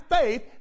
faith